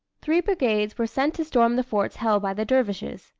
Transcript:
three brigades were sent to storm the forts held by the dervishes,